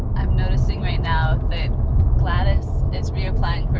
i'm noticing right now that gladys is reapplying